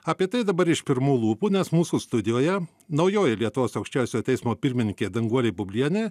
apie tai dabar iš pirmų lūpų nes mūsų studijoje naujoji lietuvos aukščiausiojo teismo pirmininkė danguolė bublienė